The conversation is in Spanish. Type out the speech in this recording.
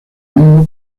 mismo